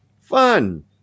fun